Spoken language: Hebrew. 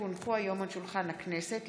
כי הונחו היום על שולחן הכנסת,